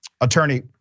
Attorney